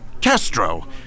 Castro